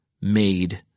made